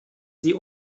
sie